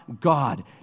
God